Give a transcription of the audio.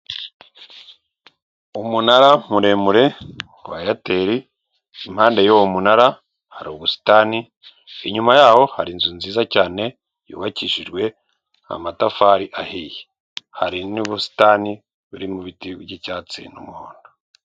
Umunara muremure wa Eyateri, impande y'uwo munara hari ubusitani, inyuma yawo hari inzu nziza cyane yubakishijwe amatafari ahiye. Hari n'ubusitani burimo ibiti by'icyatsi n'umuhondo.